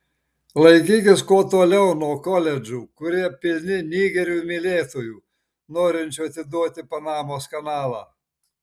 laikykis kuo toliau nuo koledžų kurie pilni nigerių mylėtojų norinčių atiduoti panamos kanalą